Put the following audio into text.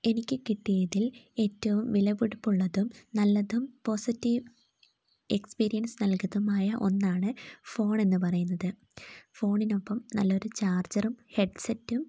എനിക്ക് കിട്ടിയതിൽ ഏറ്റവും വിലപിടിപ്പുള്ളതും നല്ലതും പോസിറ്റീവ് എക്സ്പീരിയൻസ് നൽകിയതുമായ ഒന്നാണ് ഫോണെന്നു പറയുന്നത് ഫോണിനൊപ്പം നല്ലൊരു ചാർജറും ഹെഡ്സെറ്റും